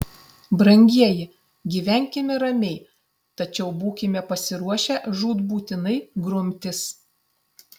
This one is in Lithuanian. brangieji gyvenkime ramiai tačiau būkime pasiruošę žūtbūtinai grumtis